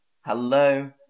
Hello